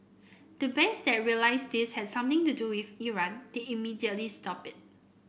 the banks that realised this has something to do if Iran they immediately stopped it